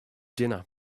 dinner